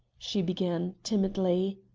she began, timidly.